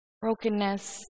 brokenness